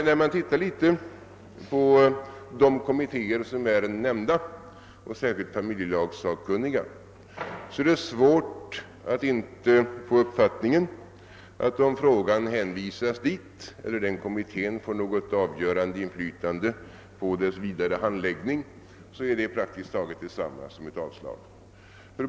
När man ser närmare på de nämnda kommittéerna — särskilt familjelagssakkunniga — är det emellertid svårt att inte få den uppfattningen att ett hänvisande av frågan dit eller bara det förhållandet att den sistnämnda kommittén skulle få något avgörande inflytande på ärendets vidare handläggning skulle innebära praktiskt taget detsamma som ett avslag.